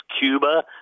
Cuba